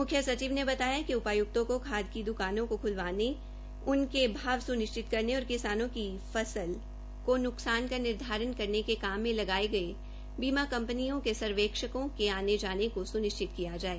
मुख्यसचिव ने बतायाकि उपायुक्तों को खाद की दुकानों को ख्लवाने उनके भाव स्निश्चित करने और किसानों की फसल के नुकसान का निर्धारण करने के काम में लगाये गये बीमा कंपनियों के सर्वेक्षकों के आने जाने को सुनिश्चित किया जाये